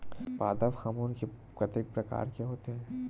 पादप हामोन के कतेक प्रकार के होथे?